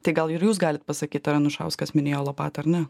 tai gal ir jūs galit pasakyt ar anušauskas minėjo lopatą ar ne